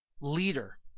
leader